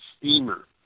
steamer